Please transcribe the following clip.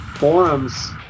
Forums